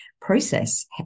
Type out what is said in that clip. process